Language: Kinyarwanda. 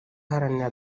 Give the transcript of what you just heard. iharanira